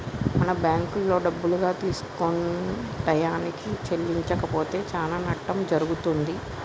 మనం బ్యాంకులో డబ్బులుగా తీసుకొని టయానికి చెల్లించకపోతే చానా నట్టం జరుగుతుంది